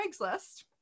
Craigslist